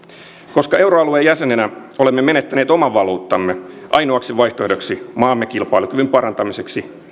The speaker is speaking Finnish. koska euroalueen jäsenenä olemme menettäneet oman valuuttamme ainoaksi vaihtoehdoksi maamme kilpailukyvyn parantamiseksi